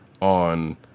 on